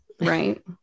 Right